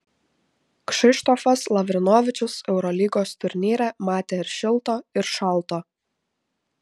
kšištofas lavrinovičius eurolygos turnyre matė ir šilto ir šalto